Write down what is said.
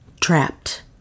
Trapped